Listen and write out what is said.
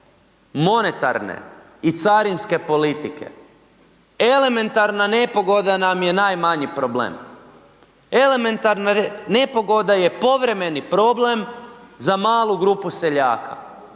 monetarne i carinske politike, elementarna nepogoda nam je najmanji problem. Elementarna nepogoda je povremeni problem za malu grupu seljaka,